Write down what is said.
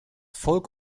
folk